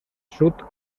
sud